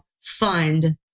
fund